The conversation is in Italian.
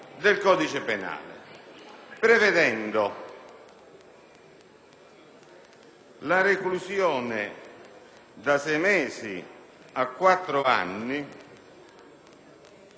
la reclusione da sei mesi a quattro anni nel caso in cui